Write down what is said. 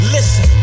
Listen